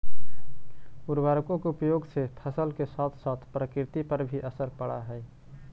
उर्वरकों के उपयोग से फसल के साथ साथ प्रकृति पर भी असर पड़अ हई